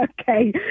Okay